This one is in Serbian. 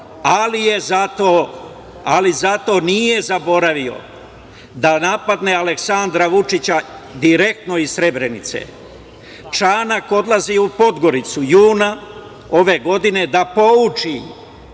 ali zato nije zaboravio da napadne Aleksandra Vučića direktno iz Srebrenice. Čanak odlazi u Podgoricu juna ove godine da pouči